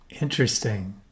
Interesting